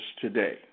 today